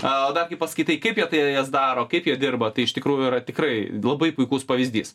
a o dar kai paskaitai kaip jie tai daro kaip jie dirba tai iš tikrųjų yra tikrai labai puikus pavyzdys